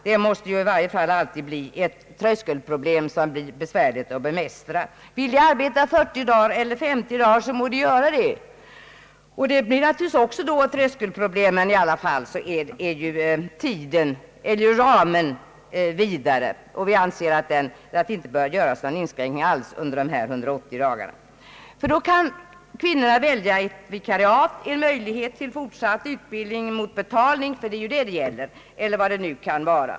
Det måste i varje fall alltid bli ett tröskelproblem som blir besvärligt att bemästra. Vill de arbeta 40 eller 50 dagar må de göra det. Då blir det naturligtvis också ett tröskelproblem, men ramen är i alla fall vidare. Vi anser att det inte bör göras någon inskränkning alls under dessa 180 dagar. Om man inte gör det, kan kvinnorna nämligen välja ett vikariat, en möjlighet till fortsatt utbildning mot betalning — eller vad det nu kan vara.